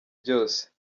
byose